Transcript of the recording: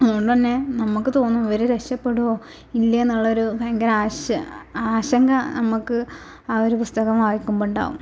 അതുകൊണ്ടന്നെ നമുക്ക് തോന്നും ഇവർ രക്ഷപ്പെടുവോ ഇല്ലേന്നുള്ളൊരു ഭയങ്കര ആശ ആശങ്ക നമുക്ക് ആ ഒരു പുസ്തകം വായിക്കുമ്പം ഉണ്ടാകും